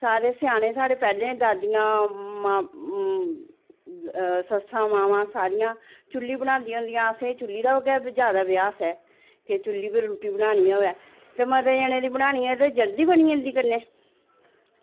सारे सेआनै साढ़े पैह्लें दे दादियां सस्सां मावां सारियां चुल्ली बनांदियां होंदियां हियां असेंगी चुल्ली दा गै जैदा भ्यास ऐ ते चुल्ली पर रुट्टी बनानी होऐ ते मते जनें दी बनानी होऐ ते जल्दी बनी जंदी कन्नै